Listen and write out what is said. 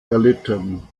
erlitten